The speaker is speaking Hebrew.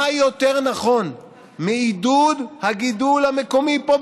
מה יותר נכון מעידוד הגידול המקומי פה,